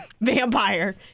vampire